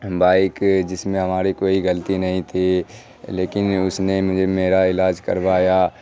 bike جس میں ہماری کوئی غلطی نہیں تھی لیکن اس نے مجھے میرا علاج کروایا